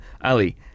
Ali